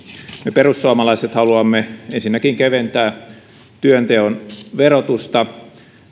perussuomalaiset haluamme ensinnäkin työnteon verotusta